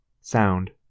sound